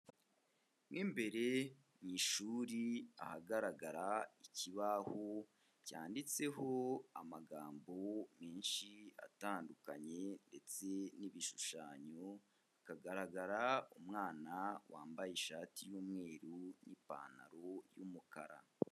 Mo imbere mu ishuri ahagaragara ikibaho cyanditseho amagambo menshi atandukanye ndetse n'ibishushanyo, hakagaragara umwana wambaye ishati y'umweru n'ipantaro y'umukara.